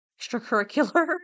extracurricular